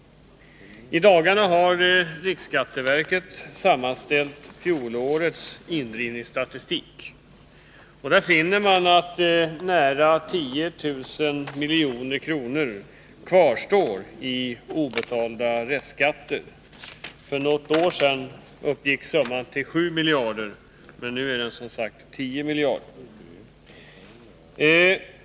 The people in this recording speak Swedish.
I dagarna har riksskatteverket sammanställt fjolårets indrivningsstatistik. Där finner man att nära 10 000 milj.kr. kvarstår i obetalda restskatter. För något år sedan uppgick sunman till 7 miljarder — nu är den som sagt 10 miljarder.